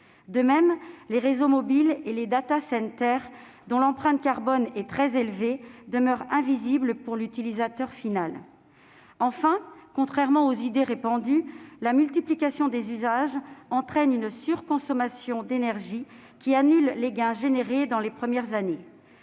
De même, les réseaux mobiles et les data centers, dont l'empreinte carbone est très élevée, demeurent invisibles pour l'utilisateur final. Enfin, contrairement aux idées répandues, la multiplication des usages entraîne une surconsommation d'énergie, qui annule les gains générés dans les premières années.